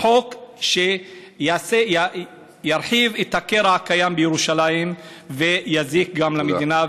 חוק שירחיב את הקרע הקיים בירושלים ויזיק גם למדינה,